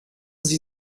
sie